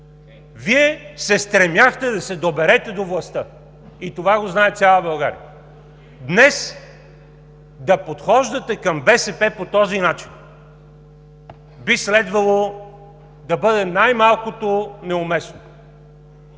Вие се стремяхте да се доберете до властта и това го знае цяла България! Днес да подхождате към БСП по този начин би следвало да бъде най-малкото неуместно.